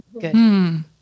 Good